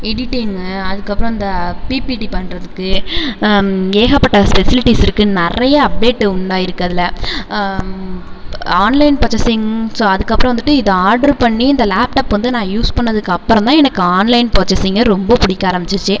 editing அதுக்கப்புறம் அந்த PPT பண்ணுறதுக்கு ஏகப்பட்ட ஸ்பெசிலிட்டிஸ் இருக்குது நிறைய அப்டேட் உண்டாயிருக்குது அதில் ஆன்லைன் பர்ச்சேஸிங் ஸோ அதுக்கப்புறம் வந்துட்டு இது ஆட்ரு பண்ணி இந்த லேப்டப் வந்து நான் யூஸ் பண்ணதுக்கு அப்புறந்தான் எனக்கு ஆன்லைன் பர்ச்சேஸிங்கே ரொம்ப பிடிக்க ஆரம்பிச்சிச்சு